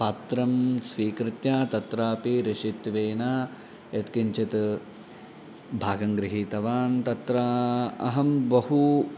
पात्रं स्वीकृत्य तत्रापि ऋषित्वेन यत् किञ्चित् भागङ्गृहीतवान् तत्र अहं बहु